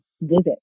visit